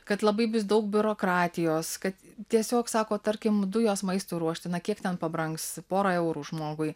kad labai daug biurokratijos kad tiesiog sako tarkim dujos maistui ruošti na kiek ten pabrangs pora eurų žmogui